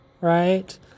Right